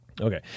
Okay